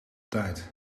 tijd